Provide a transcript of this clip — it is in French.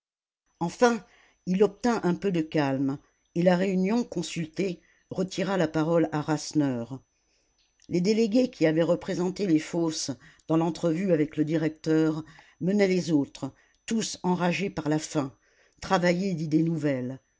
enfin il obtint un peu de calme et la réunion consultée retira la parole à rasseneur les délégués qui avaient représenté les fosses dans l'entrevue avec le directeur menaient les autres tous enragés par la faim travaillés d'idées nouvelles